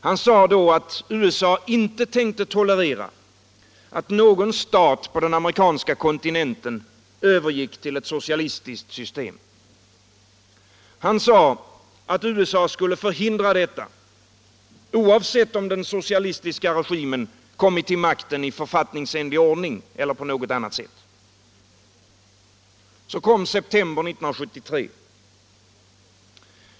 Han sade att USA inte tänkte tolerera att någon stat på den amerikanska kontinenten övergick till ett socialistiskt system utan USA skulle förhindra detta, oavsett om den socialistiska regimen kommit till makten i författningsenlig ordning eller på något annat sätt. Så kom september 1973.